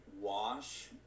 wash